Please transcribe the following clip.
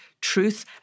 truth